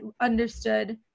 understood